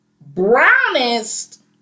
brownest